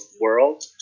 world